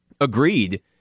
agreed